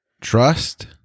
trust